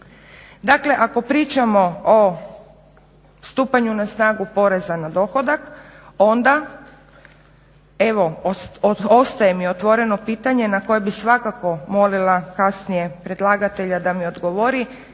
Dakle, ako pričamo o stupanju na snagu poreza na dohodak onda evo ostaje mi otvoreno pitanje na koje bi svakako molila kasnije predlagatelja da mi odgovori